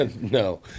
No